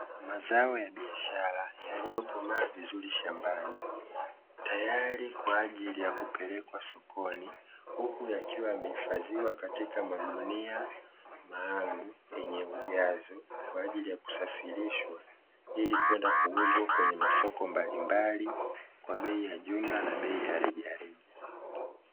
Mzao ya biashara yaliyokomaa vizuri shambani, tayari kwa ajili ya kupelekwa sokoni, huku yakiwa yamehifadhiwa katika magunia maalumu yenye ujazo, kwa ajili ya kusafirishwa ili kwenda kuuzwa kwenye masoko mbalimbali kwa bei ya jumla na bei ya rejareja.